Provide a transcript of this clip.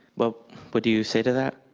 what but do you say to that?